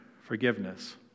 Forgiveness